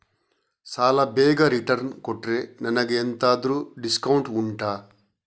ಸಾಲ ಬೇಗ ರಿಟರ್ನ್ ಕೊಟ್ರೆ ನನಗೆ ಎಂತಾದ್ರೂ ಡಿಸ್ಕೌಂಟ್ ಉಂಟಾ